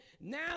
Now